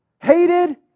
Hated